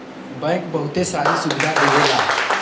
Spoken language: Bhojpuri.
बैंक बहुते सारी सुविधा देवला